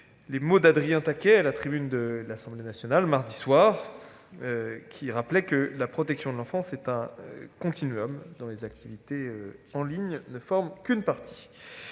les mots d'Adrien Taquet à la tribune de l'Assemblée nationale mardi soir : il rappelait que la protection de l'enfance est un continuum dont les activités en ligne ne forment qu'une partie.